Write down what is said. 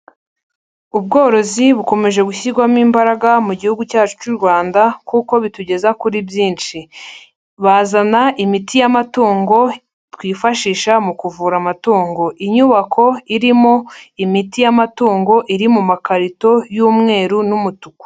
Ubworozi bukomeje gushyirwamo imbaraga mu gihugu cyacu cy'u Rwanda kuko bitugeza kuri byinshi, bazana imiti y'amatungo twifashisha mu kuvura amatungo, inyubako irimo imiti y'amatungo iri mu makarito y'umweru n'umutuku.